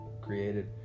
created